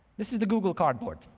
this is the google cardboard,